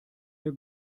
der